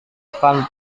akan